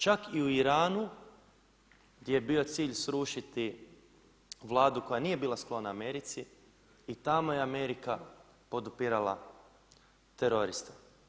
Čak i u Iranu, gdje je bio cilj srušiti Vladu koja nije bila sklona Americi i tamo je Amerika podupirala teroriste.